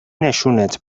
نشونت